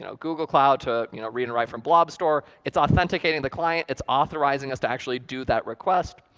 you know google cloud to you know read and write from blobstore, it's authenticating the client. it's authorizing us to actually do that request.